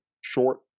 short